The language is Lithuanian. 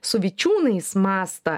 su vičiūnais mastą